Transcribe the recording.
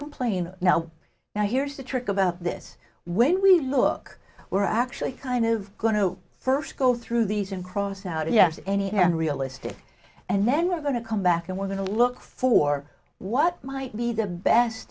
complain now now here's the trick about this when we look we're actually kind of going to first go through these and cross out yes any and realistic and then we're going to come back and we're going to look for what might be the best